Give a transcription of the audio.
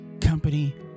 company